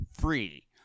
free